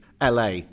LA